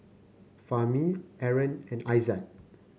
Fahmi Aaron and Aizat